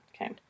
Okay